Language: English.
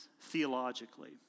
theologically